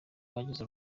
bagize